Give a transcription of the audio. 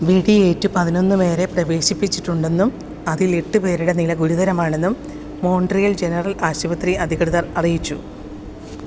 വെടിയേറ്റ് പതിനൊന്ന് പേരെ പ്രവേശിപ്പിച്ചിട്ടുണ്ടെന്നും അതിൽ എട്ടു പേരുടെ നില ഗുരുതരമാണെന്നും മോൺട്രിയൽ ജനറൽ ആശുപത്രി അധികൃതർ അറിയിച്ചു